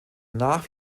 nach